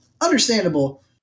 Understandable